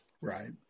Right